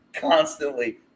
constantly